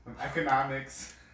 Economics